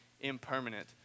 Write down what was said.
impermanent